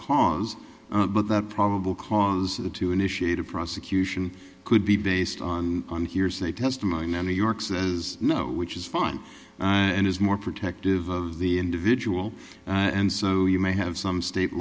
cause but that probable cause of the to initiate a prosecution could be based on on hearsay testimony no new york says no which is fine and is more protective of the individual and so you may have some state